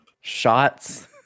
Shots